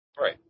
Right